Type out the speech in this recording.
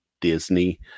Disney